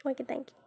okay thank you